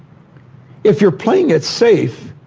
if you're playing it safe,